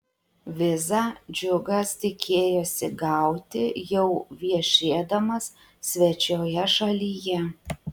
vizą džiugas tikėjosi gauti jau viešėdamas svečioje šalyje